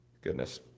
goodness